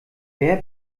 wer